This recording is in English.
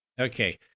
Okay